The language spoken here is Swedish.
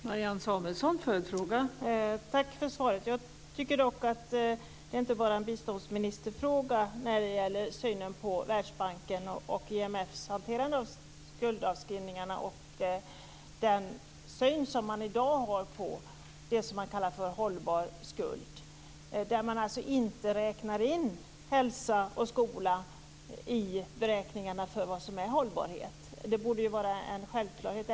Fru talman! Tack för svaret. Jag tycker dock att det inte bara är en biståndsministerfråga när det gäller synen på Världsbanken och IMF:s hantering av skuldavskrivningarna och den syn som man i dag har på det som man kallar hållbar skuld. Man räknar inte in hälsa och skola i beräkningarna av vad som är hållbarhet. Det borde vara en självklarhet.